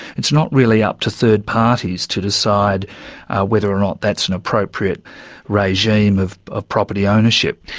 it's not really up to third parties to decide whether or not that's an appropriate regime of of property ownership.